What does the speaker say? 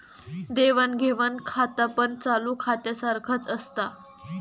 देवाण घेवाण खातापण चालू खात्यासारख्याच असता